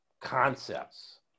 concepts